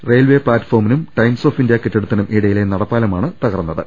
railway പ്താറ്റ്ഫോ മിനും Times of India കെട്ടിടത്തിനും ഇടയിലെ നട പ്പാലമാണ് തകർന്നത്